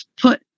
put